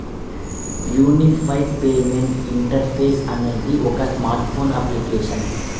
unified payment interface అనేది ఒక smart phone application